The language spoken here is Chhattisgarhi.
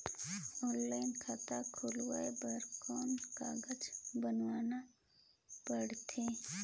ऑनलाइन खाता खुलवाय बर कौन कागज बनवाना पड़थे?